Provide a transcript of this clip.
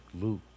Luke